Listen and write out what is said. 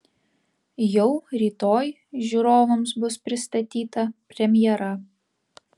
jau rytoj žiūrovams bus pristatyta premjera